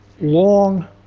long